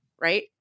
right